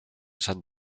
saint